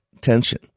tension